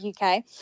uk